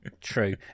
True